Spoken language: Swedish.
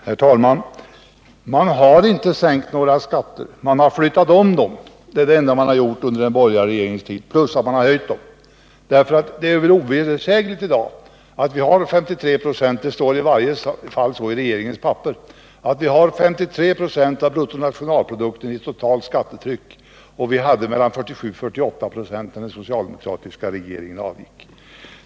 Herr talman! Man har inte sänkt några skatter, man har flyttat om dem. Det är det enda man har gjort under den borgerliga regeringens tid, förutom att man har höjt dem. Det är väl ovedersägligt — det står i varje fall så i regeringens papper — att vi i dag har 53 96 av bruttonationalprodukten i totalt skattetryck, och vi hade mellan 47 och 48 96 när den socialdemokratiska regeringen avgick.